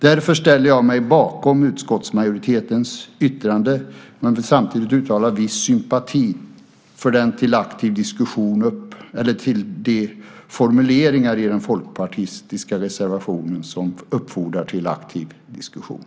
Därför ställer jag mig bakom utskottsmajoritetens yttrande men vill samtidigt uttala viss sympati för de formuleringar i den folkpartistiska reservationen som uppfordrar till aktiv diskussion.